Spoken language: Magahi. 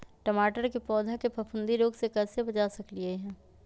टमाटर के पौधा के फफूंदी रोग से कैसे बचा सकलियै ह?